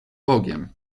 bogiem